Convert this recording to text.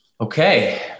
Okay